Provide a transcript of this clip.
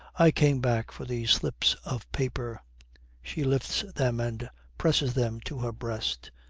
i came back for these slips of paper she lifts them and presses them to her breast.